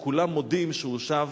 וכולם מודים שהוא שב.